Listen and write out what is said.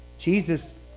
Jesus